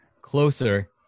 Closer